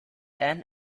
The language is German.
ann